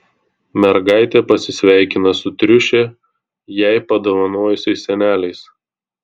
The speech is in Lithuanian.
mergaitė pasisveikina su triušę jai padovanojusiais seneliais